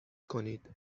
کنید